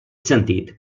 sentit